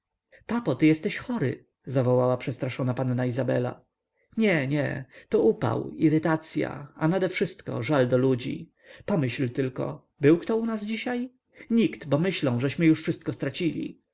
łez papo ty jesteś chory zawołała przestraszona panna izabela nie nie to upał irytacya a nadewszystko żal do ludzi pomyśl tylko był kto u nas dzisiaj nikt bo myślą żeśmy już wszystko stracili